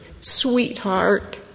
Sweetheart